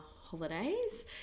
holidays